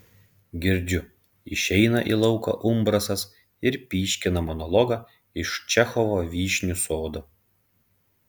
girdžiu išeina į lauką umbrasas ir pyškina monologą iš čechovo vyšnių sodo